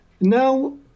Now